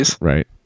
right